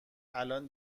الان